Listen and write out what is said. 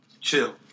Chill